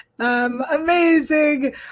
Amazing